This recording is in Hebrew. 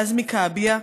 לעזמי כעביה,